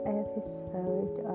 episode